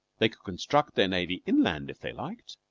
they construct their navy inland if they liked,